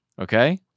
Okay